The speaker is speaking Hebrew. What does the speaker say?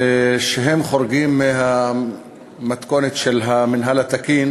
שחורגים מהמתכונת של המינהל התקין